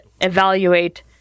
evaluate